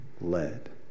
led